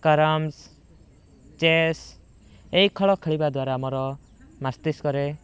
carroms chess ଏହି ଖେଳ ଖେଳିବା ଦ୍ୱାରା ଆମର ମସ୍ତିଷ୍କରେ